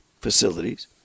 facilities